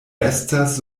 estas